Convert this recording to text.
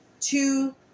two